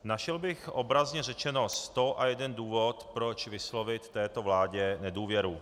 Našel bych, obrazně řečeno, sto a jeden důvod, proč vyslovit této vládě nedůvěru.